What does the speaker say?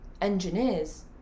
engineers